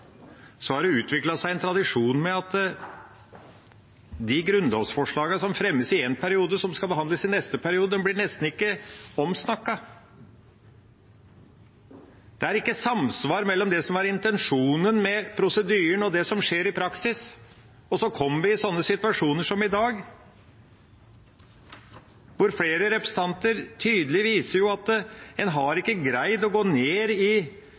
har det utviklet seg en tradisjon der de grunnlovsforslagene som fremmes i en periode, og som skal behandles i neste periode, nesten ikke blir omsnakket. Det er ikke samsvar mellom det som var intensjonen med prosedyren, og det som skjer i praksis. Og så kommer vi i sånne situasjoner som i dag, hvor flere representanter tydelig viser at en ikke har greid å gå ned i